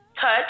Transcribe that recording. touch